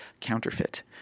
counterfeit